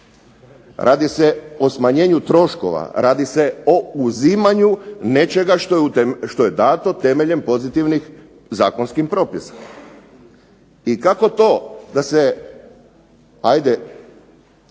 Radi se o smanjenju troškova. Radi se o uzimanju nečega što je dato temeljem pozitivnih zakonskih propisa. I kako to da se